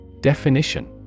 Definition